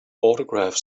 autograph